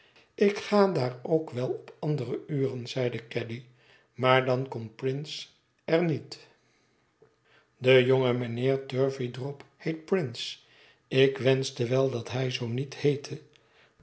ik ga daar ook wel op andere uren zeide caddy maar dan komt prince er niet de jonge mijnheer turveydrop heet prince ik wenschte wel dat hij zoo niet heette